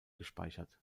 gespeichert